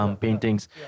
paintings